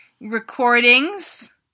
recordings